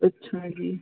ਅੱਛਾ ਜੀ